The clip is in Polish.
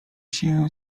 się